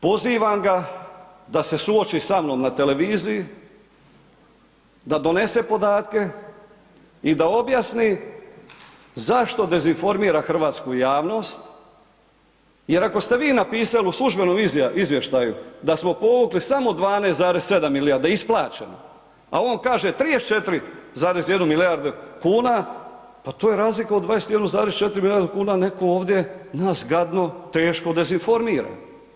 Pozivam ga da se suoči sa mnom na televiziji, da donese podatke i da objasni zašto dezinformira hrvatsku javnost jer ako ste vi napisali u službenom izvještaju da smo povukli samo 12,7 milijardi, da je isplaćeno, a on kaže 34,1 milijardu kuna, pa to je razlika u 21,4 milijardu kuna, netko ovdje nas gadno, teško dezinformira.